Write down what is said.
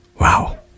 Wow